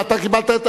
אתה קיבלת.